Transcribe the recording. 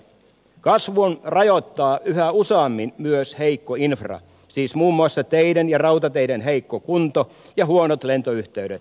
kasvua rajoittaa yhä useammin myös heikko infra siis muun maussa teiden ja rautateiden heikko kunto ja huonot lentoyhteydet